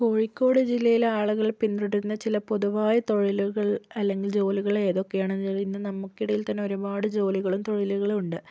കോഴിക്കോട് ജില്ലയിൽ ആളുകൾ പിന്തുടരുന്ന ചില പൊതുവായ തൊഴിലുകൾ അല്ലെങ്കിൽ ജോലികൾ ഏതൊക്കെയാണെന്ന് ഇന്ന് നമുക്കിടയിൽ തന്നെ ഒരുപാട് ജോലികളും തൊഴിലുകളും ഉണ്ട്